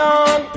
on